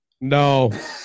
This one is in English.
no